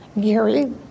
Gary